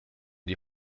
die